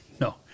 no